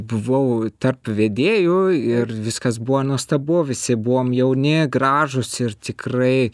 buvau tarp vedėjų ir viskas buvo nuostabu visi buvom jauni gražūs ir tikrai